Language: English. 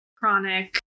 chronic